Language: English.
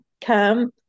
come